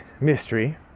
mystery